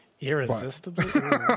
Irresistibly